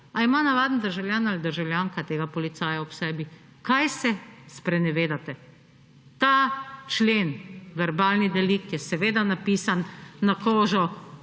Ali ima navaden državljan ali državljanka tega policaja ob sebi? Kaj se sprenevedate!? Ta člen, verbalni delikt, je seveda napisan na kožo